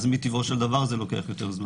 אז מטבעו של דבר זה לוקח יותר זמן.